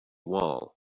wall